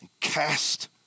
Cast